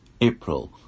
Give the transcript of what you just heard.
April